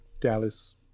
Dallas